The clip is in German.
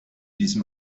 diesem